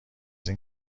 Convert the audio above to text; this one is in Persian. این